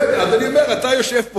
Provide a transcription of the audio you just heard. אז אני אומר: אתה יושב פה,